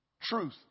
Truth